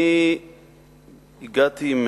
אני הגעתי עם